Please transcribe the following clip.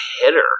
hitter